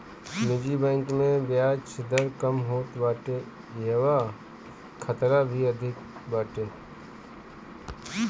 निजी बैंक में बियाज दर कम होत बाटे इहवा खतरा भी अधिका बाटे